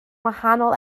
wahanol